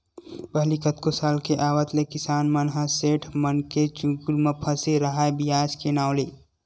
पहिली कतको साल के आवत ले किसान मन ह सेठ मनके चुगुल म फसे राहय बियाज के नांव ले